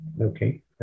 Okay